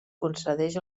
concedeix